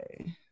okay